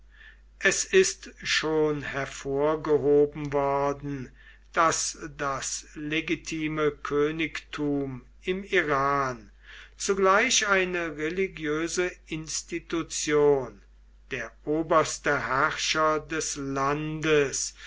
es ist schon hervorgehoben worden daß das legitime königtum im iran zugleich eine religiöse institution der oberste herrscher des landes